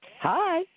Hi